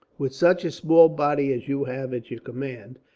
with such a small body as you have at your command,